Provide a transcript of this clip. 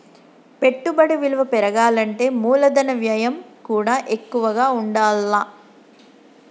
పెట్టుబడి విలువ పెరగాలంటే మూలధన వ్యయం కూడా ఎక్కువగా ఉండాల్ల